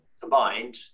combined